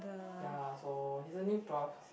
ya so he's a new prof